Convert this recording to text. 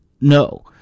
No